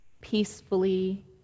peacefully